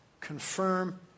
confirm